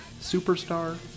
Superstar